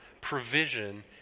provision